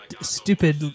Stupid